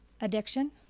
Addiction